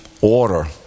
order